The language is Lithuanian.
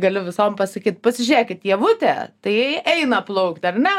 galiu visom pasakyti pasižiūrėkit ievute tai eina plaukt ar ne